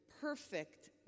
perfect